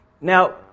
Now